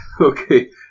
Okay